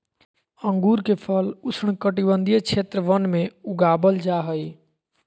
अंगूर के फल उष्णकटिबंधीय क्षेत्र वन में उगाबल जा हइ